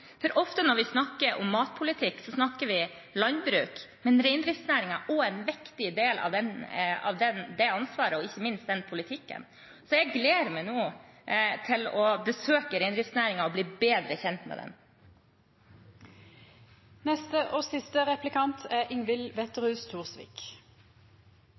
for ofte når vi snakker om matpolitikk, snakker vi om landbruk, men reindriftsnæringen er også en viktig del av det ansvaret og ikke minst den politikken. Jeg gleder meg nå til å besøke reindriftsnæringen og bli bedre kjent med den. Først: Gratulerer til statsråden, og